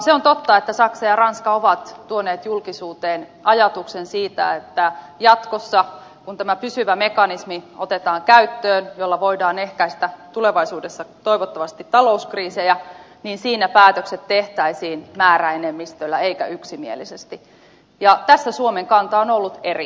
se on totta että saksa ja ranska ovat tuoneet julkisuuteen ajatuksen siitä että jatkossa kun otetaan käyttöön tämä pysyvä mekanismi jolla voidaan ehkäistä tulevaisuudessa toivottavasti talouskriisejä päätökset tehtäisiin määräenemmistöllä eikä yksimielisesti ja tässä suomen kanta on ollut eri